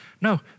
no